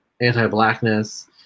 anti-blackness